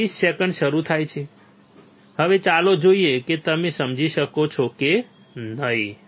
20 second શરૂ થાય છે હવે ચાલો જોઈએ કે તમે સમજી શકો છો કે નહીં